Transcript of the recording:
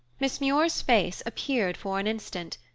miss muir's face appeared for an instant,